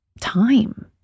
time